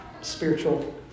spiritual